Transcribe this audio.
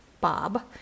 Bob